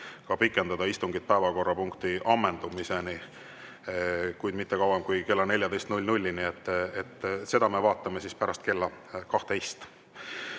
ka pikendada istungit päevakorrapunkti ammendumiseni, kuid mitte kauem kui kella 14-ni. Seda me vaatame siis pärast kella 12.Head